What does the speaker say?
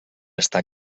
està